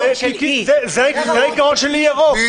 זה העיקרון של אי ירוק,